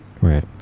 Right